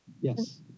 Yes